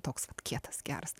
toks vat kietas geras